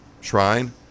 Shrine